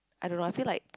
I don't know I feel like